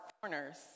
corners